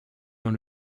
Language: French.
dans